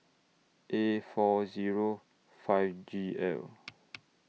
A four Zero five G L